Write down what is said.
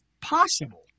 possible